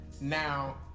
now